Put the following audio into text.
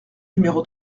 numéro